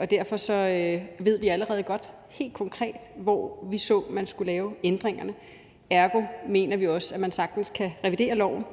om. Derfor ved vi allerede helt konkret, hvor vi ser at man skal lave ændringerne. Ergo mener vi også, at man sagtens kan revidere loven